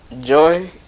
Joy